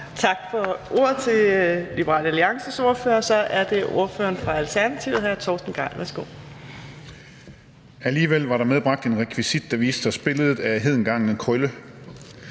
Tak for ordet til Liberal Alliances ordfører. Så er det ordføreren for Alternativet, hr. Torsten Gejl. Værsgo. Kl. 18:08 (Ordfører) Torsten Gejl (ALT): Alligevel var der medbragt en rekvisit, der viste os billedet af hedengangne Krølle.